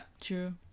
True